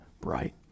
bright